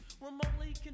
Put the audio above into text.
Remotely